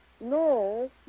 No